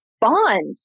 bond